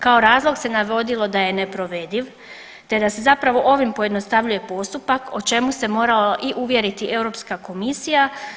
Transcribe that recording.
Kao razlog se navodilo da je neprovediv, te da se zapravo ovim pojednostavljuje postupak o čemu se morala i uvjeriti Europska komisija.